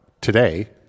today